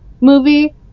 Movie